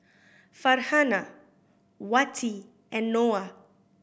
Farhanah Wati and Noah